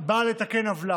באה לתקן עוולה.